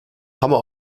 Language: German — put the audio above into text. hammer